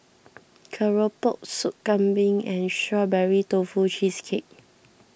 Keropok Soup Kambing and Strawberry Tofu Cheesecake